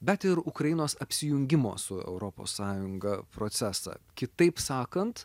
bet ir ukrainos apsijungimo su europos sąjunga procesą kitaip sakant